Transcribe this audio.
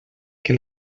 que